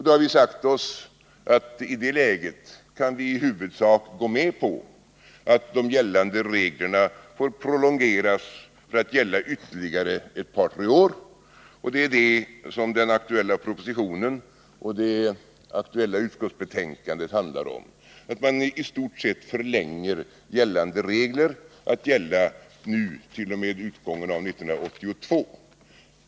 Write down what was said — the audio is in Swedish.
Då har vi sagt oss att i det läget kan vi i huvudsak gå med på att de gällande reglerna får prolongeras att gälla ytterligare ett par tre år. Det är det som den aktuella propositionen och det aktuella utskottsbetänkandet handlar om, att man i stort sett förlänger nu gällande regler att gälla t.o.m. utgången av 1982.